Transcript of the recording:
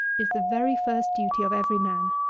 is the very first duty of every man.